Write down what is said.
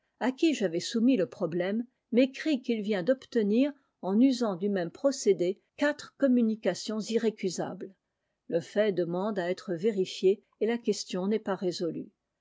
à qui j'avais soumis le problème m'écrit qu'il vient d'obtenir en usant du même procéi quatre communications irrécusables le fait demande à e vérifié et la question n'est pas résolue